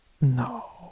No